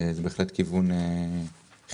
זה בהחלט כיוון חיובי.